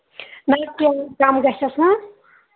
مطلب کَم گژھیٚس نا